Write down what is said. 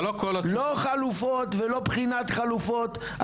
לא חלופות ולא בחינת חלופות.